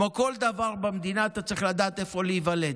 כמו כל דבר במדינה, אתה צריך לדעת איפה להיוולד.